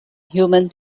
human